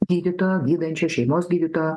gydytoj gydančio šeimos gydytojo